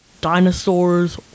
dinosaurs